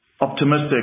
optimistic